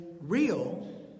real